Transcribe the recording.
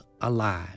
alive